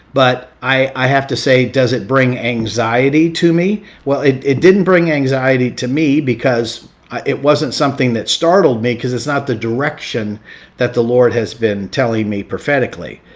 but i have to say, does it bring anxiety to me? well, it didn't bring anxiety to me because it wasn't something that startled me cause it's not the direction that the lord has been telling me prophetically.